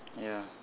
ya